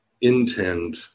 intend